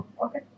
Okay